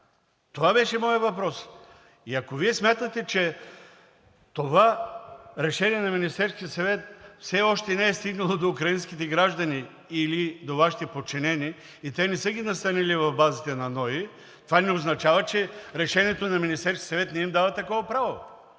Това беше моят въпрос! Ако Вие смятате, че това решение на Министерския съвет все още не е стигнало до украинските граждани или до Вашите подчинени и те не са ги настанили в базите на НОИ, това не означава, че решението на Министерския съвет не им дава такова право.